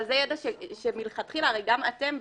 אבל זה ידע שמלכתחילה, הרי גם אתם בעצם,